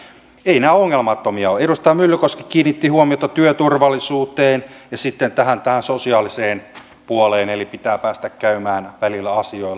edustaja myllykoski kiinnitti huomiota työturvallisuuteen ja sitten tähän sosiaaliseen puoleen eli pitää päästä käymään välillä asioilla